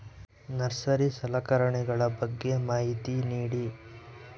Nursery ಸಲಕರಣೆಗಳ ಬಗ್ಗೆ ಮಾಹಿತಿ ನೇಡಿ?